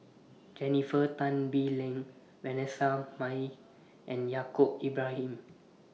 Jennifer Tan Bee Leng Vanessa Mae and Yaacob Ibrahim